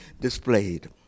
displayed